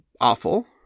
awful